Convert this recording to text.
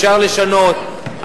אפשר לשנות,